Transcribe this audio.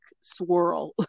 swirl